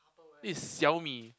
this is Xiaomi